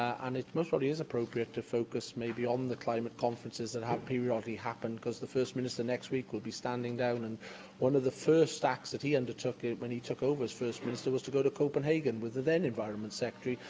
most probably is appropriate to focus maybe on the climate conferences that have periodically happened, because the first minister next week will be standing down, and one of the first acts that he undertook when he took over as first minister was to go to copenhagen with the then environment secretary,